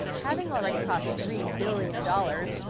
having already cost three billion dollars,